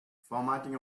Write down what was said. formatting